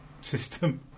system